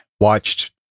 watched